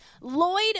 Lloyd